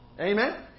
Amen